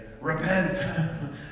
Repent